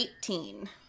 Eighteen